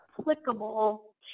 applicable